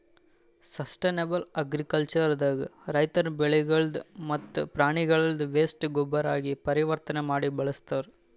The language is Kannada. ಸಷ್ಟನೇಬಲ್ ಅಗ್ರಿಕಲ್ಚರ್ ದಾಗ ರೈತರ್ ಬೆಳಿಗಳ್ದ್ ಮತ್ತ್ ಪ್ರಾಣಿಗಳ್ದ್ ವೇಸ್ಟ್ ಗೊಬ್ಬರಾಗಿ ಪರಿವರ್ತನೆ ಮಾಡಿ ಬಳಸ್ತಾರ್